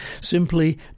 Simply